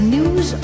News